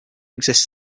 exists